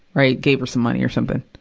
right? gave her some money or something.